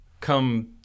come